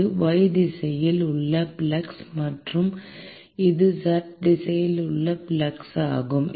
இது y திசையில் உள்ள ஃப்ளக்ஸ் மற்றும் இது z திசையில் உள்ள ஃப்ளக்ஸ் ஆகும்